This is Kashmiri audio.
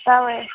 تَوَے